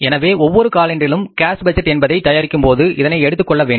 எனவே ஒவ்வொரு காலாண்டிலும் கேஸ் பட்ஜெட் என்பதை தயாரிக்கும்போது இதனை எடுத்துக்கொள்ள வேண்டும்